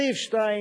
סעיף 2,